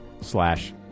slash